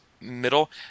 middle